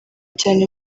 cyane